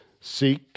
seek